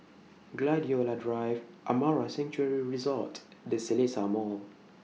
Gladiola Drive Amara Sanctuary Resort The Seletar Mall